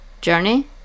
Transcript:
journey